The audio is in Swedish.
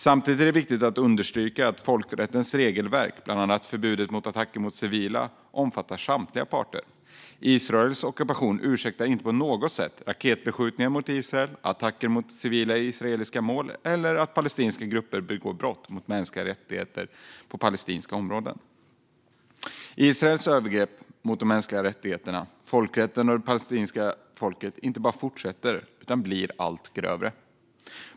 Samtidigt är det viktigt att understryka att folkrättens regelverk, bland annat förbudet mot attacker mot civila, omfattar samtliga parter. Israels ockupation ursäktar inte på något sätt raketbeskjutningar mot Israel, attacker mot civila israeliska mål eller att palestinska grupper begår brott mot mänskliga rättigheter på palestinska områden. Israels övergrepp mot de mänskliga rättigheterna, folkrätten och det palestinska folket inte bara fortsätter utan blir allt grövre.